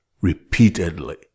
repeatedly